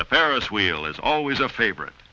the ferris wheel is always a favorite